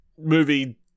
movie